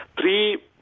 three